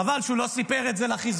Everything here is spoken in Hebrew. חבל שהוא לא סיפר את זה לחיזבאללה,